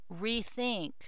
rethink